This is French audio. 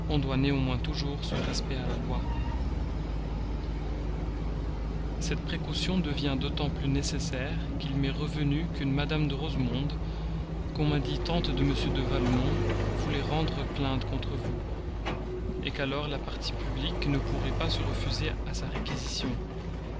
néanmoins toujours ce respect à la loi cette précaution devient d'autant plus nécessaire qu'il m'est revenu qu'une mme de rosemonde qu'on m'a dit tante de m de valmont voulait rendre plainte contre vous qu'alors la partie publique ne pourrait pas se refuser à sa réquisition